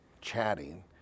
chatting